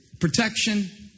protection